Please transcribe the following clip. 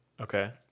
Okay